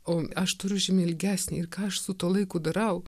o aš turiu žymiai ilgesnį ir ką aš su tuo laiku darau